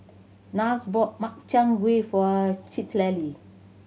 Niles bought Makchang Gui for Citlalli